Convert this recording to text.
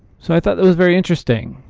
so i thought that was very interesting.